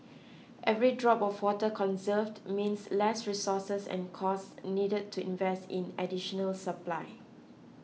every drop of water conserved means less resources and costs needed to invest in additional supply